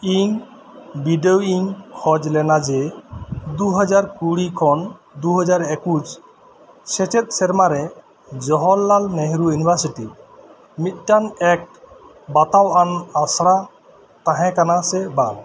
ᱤᱧ ᱵᱤᱰᱟᱹᱣ ᱤᱧ ᱠᱷᱚᱡ ᱞᱮᱱᱟ ᱡᱮ ᱫᱩ ᱦᱟᱡᱟᱨ ᱠᱩᱲᱤ ᱠᱷᱚᱱ ᱫᱩ ᱦᱟᱡᱟᱨ ᱮᱠᱩᱥ ᱥᱮᱪᱮᱫ ᱥᱮᱨᱢᱟ ᱨᱮ ᱡᱚᱦᱚᱨᱞᱟᱞ ᱱᱮᱦᱮᱨᱩ ᱤᱭᱩᱱᱤᱵᱷᱟᱨᱥᱤᱴᱤ ᱢᱤᱫᱴᱟᱝ ᱮᱠᱴ ᱵᱟᱛᱟᱣᱟᱱ ᱟᱥᱲᱟ ᱛᱟᱦᱮᱸ ᱠᱟᱱᱟ ᱥᱮ ᱵᱟᱝ